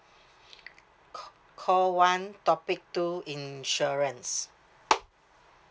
call call one topic two insurance